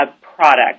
product